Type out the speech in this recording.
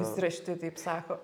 visi rašytojai taip sako